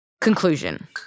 Conclusion